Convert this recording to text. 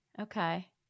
Okay